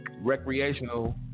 recreational